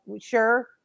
sure